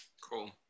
Cool